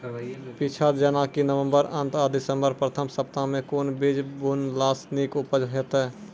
पीछात जेनाकि नवम्बर अंत आ दिसम्बर प्रथम सप्ताह मे कून बीज बुनलास नीक उपज हेते?